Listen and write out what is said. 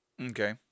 Okay